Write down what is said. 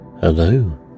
Hello